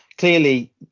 Clearly